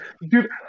Dude